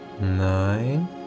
Nine